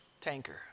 tanker